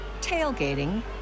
tailgating